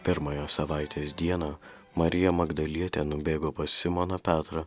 pirmąją savaitės dieną marija magdalietė nubėgo pas simoną petrą